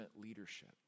leadership